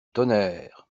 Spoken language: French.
tonnerre